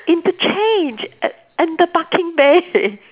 interchange at at the parking bay